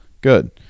Good